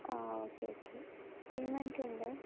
ആ okay okay payment ഉണ്ട്